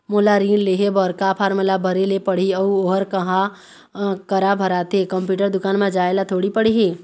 मोला ऋण लेहे बर का फार्म ला भरे ले पड़ही अऊ ओहर कहा करा भराथे, कंप्यूटर दुकान मा जाए ला थोड़ी पड़ही?